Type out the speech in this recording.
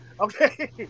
Okay